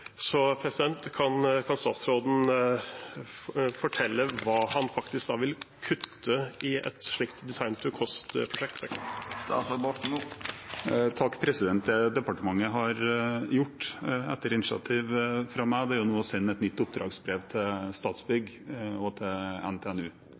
Kan statsråden fortelle hva han da faktisk vil kutte i et slikt «design-to-cost»-prosjekt? Det departementet har gjort etter initiativ fra meg, er å sende et nytt oppdragsbrev til